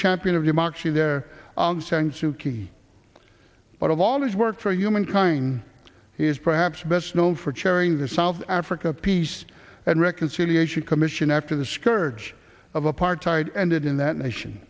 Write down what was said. champion of democracy there sang suu kyi but i've always worked for humankind is perhaps best known for chairing the south africa peace and reconciliation commission after the scourge of apartheid ended in that nation